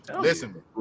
Listen